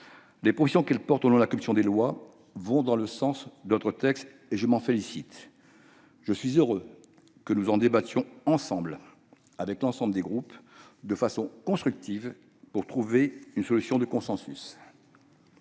Les propositions qu'elle défend au nom de la commission des lois vont dans le sens de notre texte, et je m'en réjouis. Je suis heureux que nous en débattions avec l'ensemble des groupes de façon constructive, pour trouver une solution de consensus.